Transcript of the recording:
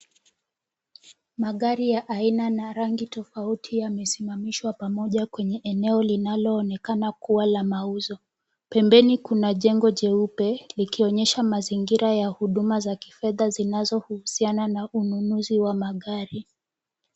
Magari ya aina na rangi tofauti yamesimamishwa pamoja kwenye eneo linalooneka kuwa la mauzo, pembeni kuna jengo jeupe likionyesha mazingira ya huduma za kifedha zinazohusiana na ununuzi wa magari .